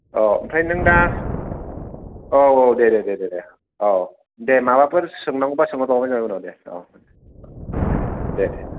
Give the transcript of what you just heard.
अ' आमफ्राय नों दा औ औ दे दे दे औ दे माबाफोर सोंनांगौब्ला सोंहर बावबानो जाबाय उनाव दे औ दे दे दे